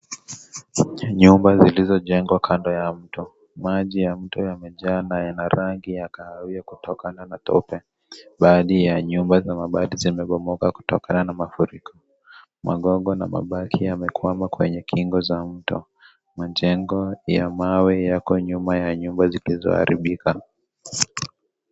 Nyumba zilizojengwa kando ya mto maji ya mto yamejaa na yana rangi ya kahawia kutokana na tope, baadhi ya nyumba za mabati zimebomoka kutokana na mafuriko, magogo na mabati yamebaki kwenye kingo za mto majengo ya mawe yako nyuma ya nyumba zilizoharibika.